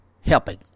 helping